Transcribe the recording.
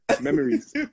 memories